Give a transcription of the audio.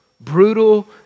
brutal